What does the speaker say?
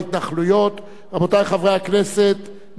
רבותי חברי הכנסת, נא להצביע, מי בעד?